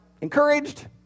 encouraged